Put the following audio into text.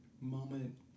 moment